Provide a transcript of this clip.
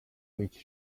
which